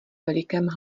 velikém